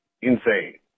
insane